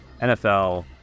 NFL